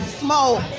smoke